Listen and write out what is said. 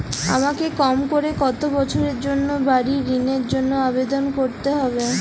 আমাকে কম করে কতো বছরের জন্য বাড়ীর ঋণের জন্য আবেদন করতে হবে?